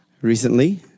recently